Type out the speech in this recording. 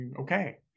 okay